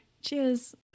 Cheers